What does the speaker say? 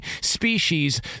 species